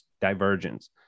divergence